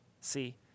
See